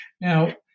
Now